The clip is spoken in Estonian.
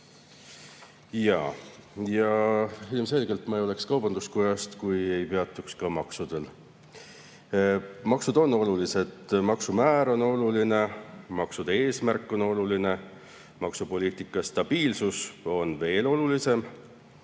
Jaa, ilmselgelt ma ei oleks kaubanduskojast, kui ma ei peatuks ka maksudel. Maksud on olulised, maksumäär on oluline, maksude eesmärk on oluline. Maksupoliitika stabiilsus on veel olulisem.